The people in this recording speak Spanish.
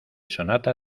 sonata